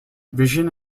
vision